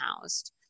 housed